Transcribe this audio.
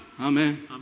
amen